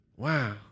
Wow